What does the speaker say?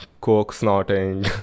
coke-snorting